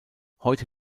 heute